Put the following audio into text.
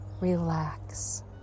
relax